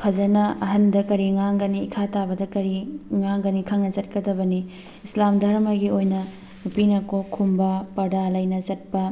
ꯐꯖꯅ ꯑꯍꯜꯗ ꯀꯔꯤ ꯉꯥꯡꯒꯅꯤ ꯏꯈꯥ ꯊꯥꯕꯗ ꯀꯔꯤ ꯉꯥꯡꯒꯅꯤ ꯈꯪꯅ ꯆꯠꯀꯗꯕꯅꯤ ꯏꯁꯂꯥꯝ ꯙꯔꯃꯒꯤ ꯑꯣꯏꯅ ꯅꯨꯄꯤꯅ ꯀꯣꯛ ꯈꯨꯝꯕ ꯄꯔꯗꯥ ꯂꯩꯅ ꯆꯠꯄ